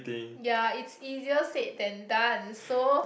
ya it's easier said than done so